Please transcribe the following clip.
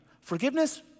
Forgiveness